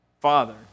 Father